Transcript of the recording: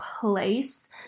place